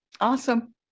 Awesome